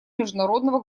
международного